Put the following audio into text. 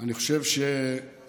אני חושב שחיזוק